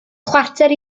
chwarter